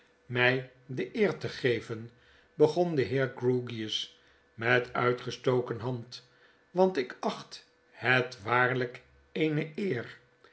my de eer te geven begon de heer grewgious met uitgestoken hand want ik acht het waarltik eene eer